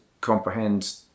comprehend